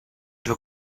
due